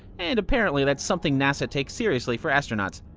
and apparently that's something nasa takes seriously for astronauts.